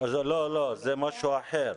לא, לא, זה משהו אחר.